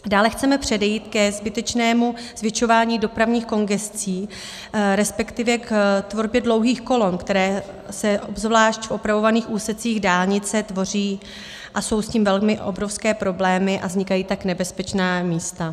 Dále chceme předejít zbytečnému zvětšování dopravních kongescí, respektive tvorbě dlouhých kolon, které se obzvlášť v opravovaných úsecích dálnice tvoří, jsou s tím obrovské problémy a vznikají tak nebezpečná místa.